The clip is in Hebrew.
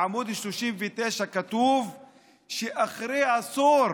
בעמ' 39 כתוב שאחרי עשור